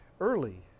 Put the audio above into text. Early